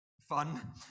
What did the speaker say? fun